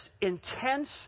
intense